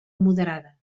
moderada